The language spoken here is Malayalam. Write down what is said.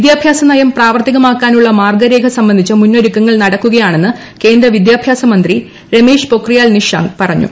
വിദ്യാഭ്യാസ നയം പ്രാവർത്തികമാക്കാനുള്ള മാർഗരേഖ സംബന്ധിച്ച മുന്നൊരുക്കങ്ങൾ നടക്കുകയാണെന്ന് കേന്ദ്ര വിദ്യാഭ്യാസ മന്ത്രി രമേശ് പൊക്രിയാൽ നിഷാങ്ക് പറഞ്ഞു